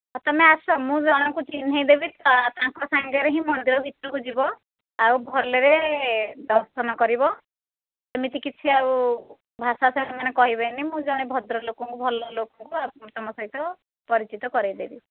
ହଉ ତୁମେ ଆସ ମୁଁ ଜଣଙ୍କୁ ଚିହ୍ନାଇଦେବି ତ ତାଙ୍କ ସାଙ୍ଗରେ ହିଁ ମନ୍ଦିର ଭିତରକୁ ଯିବ ଆଉ ଭଲରେ ଦର୍ଶନ କରିବ ସେମିତି କିଛି ଆଉ ଭାଷା ସେମାନେ କହିବେନି ମୁଁ ଜଣେ ଭଦ୍ର ଲୋକଙ୍କୁ ଭଲ ଲୋକଙ୍କୁ ତୁମ ସହିତ ପରିଚିତ କରାଇଦେବି